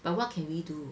but what can we do